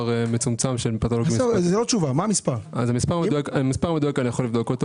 מספר מדויק אני יכול לבדוק.